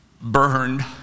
burned